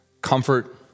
comfort